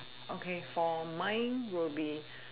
okay for mine will be